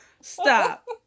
Stop